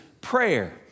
prayer